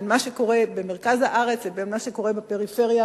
בין מה שקורה במרכז הארץ לבין מה שקורה בפריפריה.